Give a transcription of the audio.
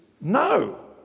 No